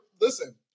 listen